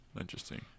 interesting